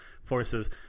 Forces